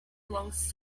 belongs